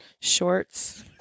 shorts